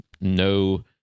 no